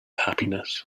happiness